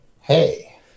Hey